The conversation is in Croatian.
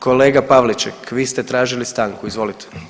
Kolega Pavliček, vi ste tražili stanku, izvolite.